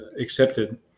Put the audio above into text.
accepted